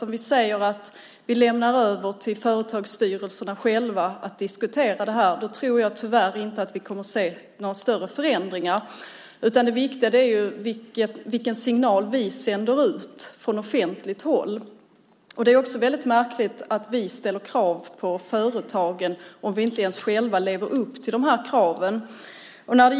Om vi säger att vi lämnar över till företagsstyrelserna själva att diskutera frågan tror jag tyvärr inte att vi kommer att se några större förändringar. Det viktiga är vilken signal vi sänder ut från offentligt håll. Det är också märkligt att vi ställer krav på företagen om vi inte ens själva lever upp till kraven.